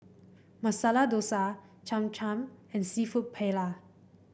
Masala Dosa Cham Cham and seafood Paella